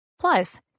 Plus